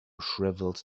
shriveled